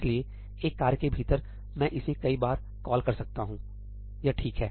इसलिए एक कार्य के भीतर मैं इसे कई बार कॉल कर सकता हूं यह ठीक है